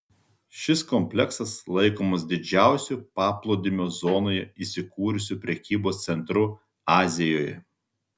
šis kompleksas laikomas didžiausiu paplūdimio zonoje įsikūrusiu prekybos centru azijoje